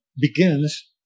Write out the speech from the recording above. begins